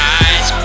eyes